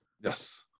yes